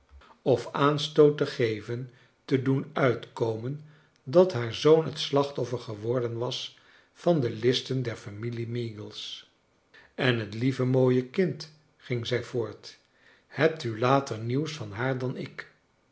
of aanstoot te geven te doen uitkomen dat haar zoon het slachtoffer geworden was van de listen der familie meagles en het lieve mooie kind ging zij voortj hebt u later nieuws van haar dan ik